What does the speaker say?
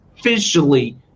Officially